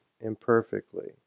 imperfectly